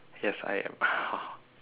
yes I am